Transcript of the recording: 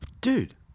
Dude